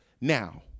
Now